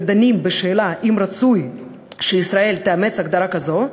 ודנים בשאלה אם רצוי שישראל תאמץ הגדרה כזו,